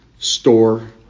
Store